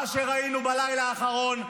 מה שראינו בלילה האחרון,